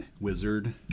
wizard